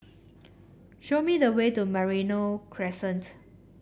show me the way to Merino Crescent